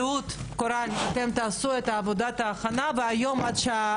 הישיבה ננעלה בשעה